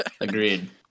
Agreed